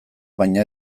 baina